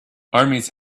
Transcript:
armies